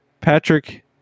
patrick